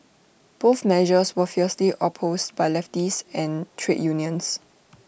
both measures were fiercely opposed by leftists and trade unions